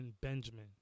Benjamin